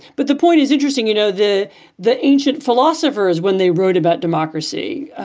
but the point is interesting. you know, the the ancient philosophers, when they wrote about democracy,